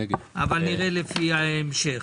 נראה לפי ההמשך.